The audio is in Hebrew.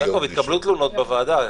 יעקב, התקבלו תלונות בוועדה.